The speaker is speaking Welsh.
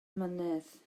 mynydd